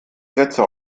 sätze